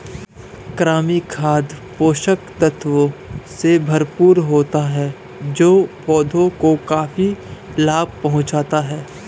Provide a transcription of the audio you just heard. कृमि खाद पोषक तत्वों से भरपूर होता है जो पौधों को काफी लाभ पहुँचाता है